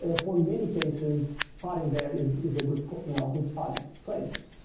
ah for many cases, starting there is is a good you know good starting place.